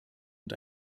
und